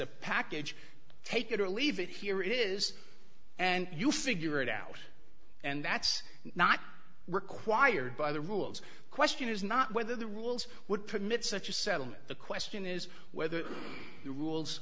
a package take it or leave it here it is and you figure it out and that's not required by the rules question is not whether the rules would permit such a settlement the question is whether the rules